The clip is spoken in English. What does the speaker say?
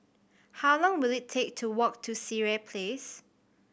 how long will it take to walk to Sireh Place